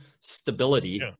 stability